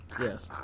Yes